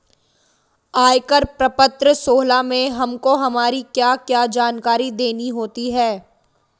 आयकर प्रपत्र सोलह में हमको हमारी क्या क्या जानकारी देनी होती है?